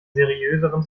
seriöseren